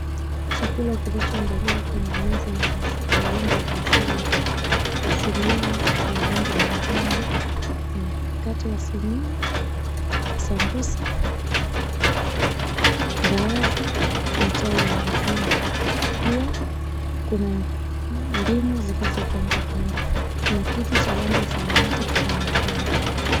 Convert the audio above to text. Chakula kilichoandaliwa kwenye meza ya rangi ya maziwa , kwa sinia ya rangi ya manjano ni mkate wa sinia, sambusa, mbaazi na chai ya maziwa . Pia Kuna ndimu zilizopangwa kando Kuna kiti cha rangi ya samawati Kinaonekana.